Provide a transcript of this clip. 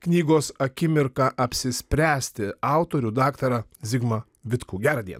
knygos akimirka apsispręsti autorių daktarą zigmą vitkų gera diena